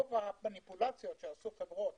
רוב המניפולציות שעשו חברות